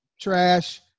trash